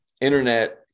Internet